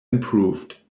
improved